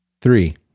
Three